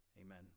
Amen